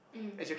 mm